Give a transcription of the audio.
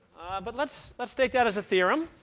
but let's let's take that as a theorem.